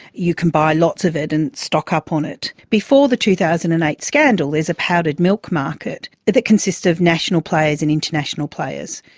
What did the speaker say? you can buy lots of it and stock up on it. before the two thousand and eight scandal there is a powdered milk market that consists of national players and international players.